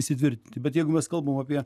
įsitvirtinti bet jeigu mes kalbam apie